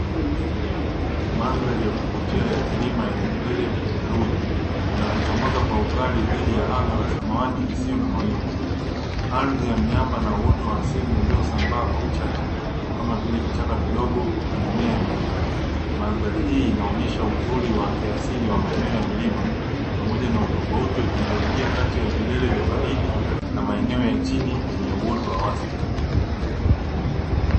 Mandhari ya kuvutia ya milima yenye vilele vyenye seruji vinavyo chomoza kwa ukali dhidi ya anga la samawati isiyo na mawingu, ardhi ya miamba na na uoto wa asili ulio sambaa kwa uchache kaa vile; vichaka vidogo, na mimea ya milimani mandhari hii inaonesha uzuri wa kiasili wa maeneo ya milima pamoja na utofauti wa kijeolojia kati ya vilele vya baridi na maeneo ya chini yenye uoto wa wastani.